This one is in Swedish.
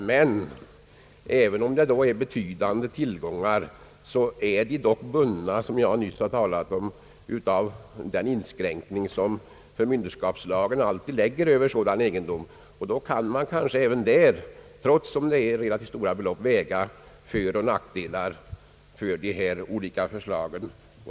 Men även om det är betydande tillgångar så är de dock bundna, som jag nyss nämnde, utav den inskränkning som förmynderskapslagen alltid föreskriver för sådan egendom, och man kan kanske även där, trots att det är relativt stora belopp, väga föroch nackdelar hos de olika förslagen.